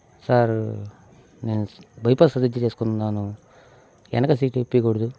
sir నేను bypass surgery చేసుకోనున్నాను వెనక సీట్ విప్పకూడదు